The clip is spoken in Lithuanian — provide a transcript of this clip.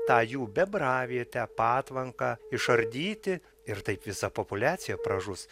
tą jų bebravietę patvanką išardyti ir taip visa populiacija pražus